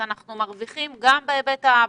אנחנו מרוויחים גם בהיבט הבריאותי,